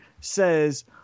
says